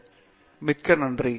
பேராசிரியர் பிரதாப் ஹரிதாஸ் நன்றி